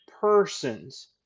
persons